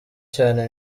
cyane